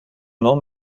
non